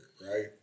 right